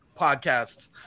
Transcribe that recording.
podcasts